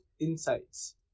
insights